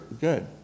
Good